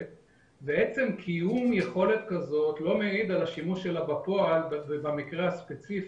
ועצם קיום יכולת כזאת לא מעיד על השימוש שלה בפועל ובמקרה הספציפי.